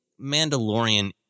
Mandalorian